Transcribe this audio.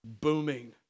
booming